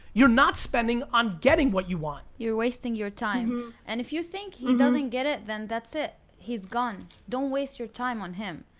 you're not spending on getting what you want. you're wasting your time, and if you think he doesn't get it, then that's it, he's gone. don't waste your time on him.